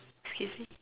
excuse me